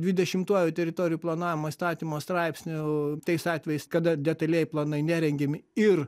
dvidešimtuoju teritorijų planavimo įstatymo straipsniu tais atvejais kada detalieji planai nerengiami ir